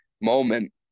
moment